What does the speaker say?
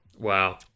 Wow